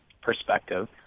perspective